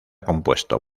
compuesto